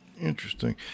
Interesting